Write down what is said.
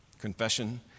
confession